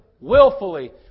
willfully